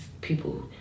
people